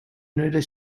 united